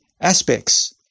aspects